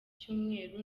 cyumweru